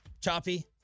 Choppy